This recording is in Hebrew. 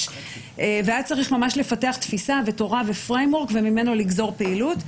והיה צריך ממש לפתח תפיסה ותורה ופריימוורק וממנו לגזור פעילות.